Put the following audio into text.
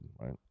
right